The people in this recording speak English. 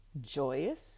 joyous